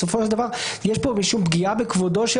בסופו של דבר יש פה משום פגיעה בכבודו של